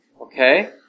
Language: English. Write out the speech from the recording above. okay